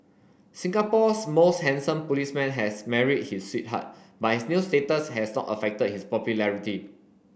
Singapore's most handsome policeman has married his sweetheart but his new status has not affected his popularity